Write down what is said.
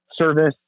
service